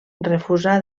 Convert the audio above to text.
refusà